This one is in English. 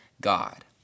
God